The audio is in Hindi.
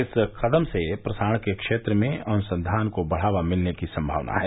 इस कदम से प्रसारण के क्षेत्र में अनुसंधान को बढ़ावा मिलने की समावना है